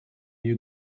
you